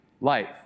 life